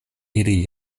ili